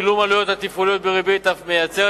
גילום העלויות התפעוליות בריבית אף מייצר